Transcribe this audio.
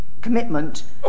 commitment